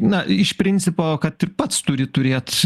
na iš principo kad ir pats turi turėt